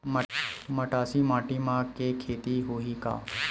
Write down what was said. मटासी माटी म के खेती होही का?